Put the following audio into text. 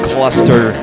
Cluster